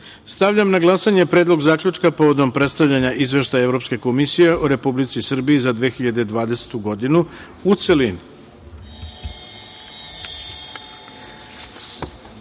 5.Stavljam na glasanje Predlog zaključka povodom predstavljanja Izveštaja Evropske komisije o Republici Srbiji za 2020. godinu, u